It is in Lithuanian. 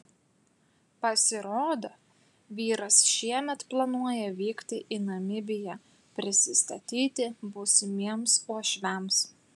pasirodo vyras šiemet planuoja vykti į namibiją prisistatyti būsimiems uošviams